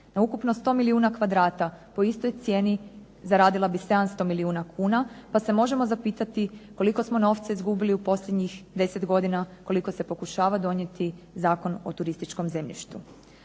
Na ukupno 100 milijuna kvadrata po istoj cijeni zaradila bi 700 milijuna kuna pa se možemo zapitati koliko smo novca izgubili u posljednjih 10 godina koliko se pokušava donijeti Zakon o turističkom zemljištu.